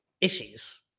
issues